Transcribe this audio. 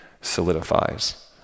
solidifies